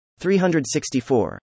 364